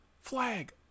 flag